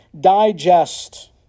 digest